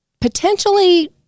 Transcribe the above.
potentially